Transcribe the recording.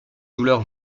douleur